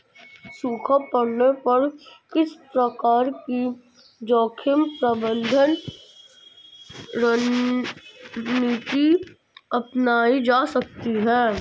सूखा पड़ने पर किस प्रकार की जोखिम प्रबंधन रणनीति अपनाई जा सकती है?